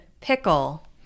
pickle